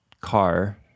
car